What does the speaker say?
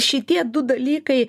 šitie du dalykai